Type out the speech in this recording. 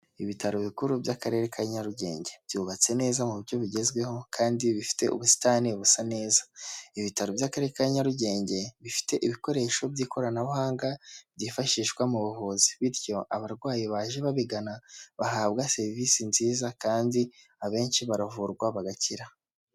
Ibitaro bikuru by'Akarere ka Nyarugenge byubatse neza mu buryo bigezweho kandi bifite ubusitani busa neza, ibitaro by'Akarere ka Nyarugenge bifite ibikoresho by'ikoranabuhanga byifashishwa mu buvuzi bityo abarwayi baje babigana bahabwa serivisi nziza kandi abenshi baravurwa bagakira.